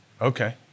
Okay